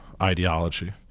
ideology